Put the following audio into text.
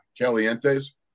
Caliente's